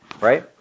right